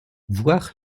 voir